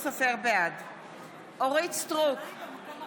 אורית מלכה